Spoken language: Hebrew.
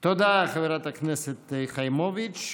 תודה, חברת הכנסת חיימוביץ'.